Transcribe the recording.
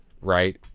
right